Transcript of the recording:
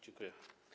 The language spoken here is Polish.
Dziękuję.